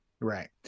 Right